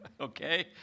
okay